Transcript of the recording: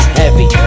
heavy